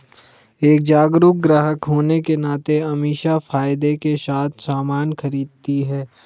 एक जागरूक ग्राहक होने के नाते अमीषा फायदे के साथ सामान खरीदती है